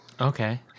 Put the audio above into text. Okay